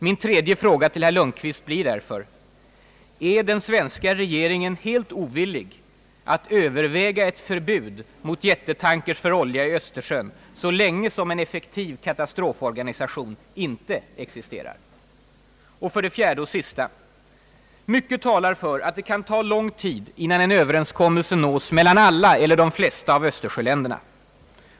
Min tredje fråga till herr Lundkvist blir därför: Är den svenska regeringen helt ovillig att överväga ett förbud mot jättetankers för olja i Östersjön så länge som en effektiv katastroforganisation inte existerar? 4, Mycket talar för att det kan ta lång tid innan en överenskommelse nås mellan alla eller de flesta östersjöländerna.